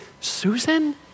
Susan